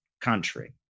country